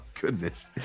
goodness